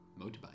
motorbike